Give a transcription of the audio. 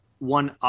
one